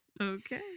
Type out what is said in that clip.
Okay